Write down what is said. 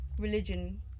religion